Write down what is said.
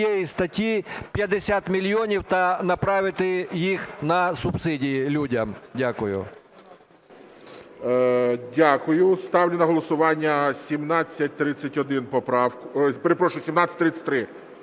Дякую. Ставлю на голосування 1731